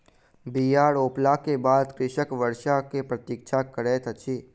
बीया रोपला के बाद कृषक वर्षा के प्रतीक्षा करैत अछि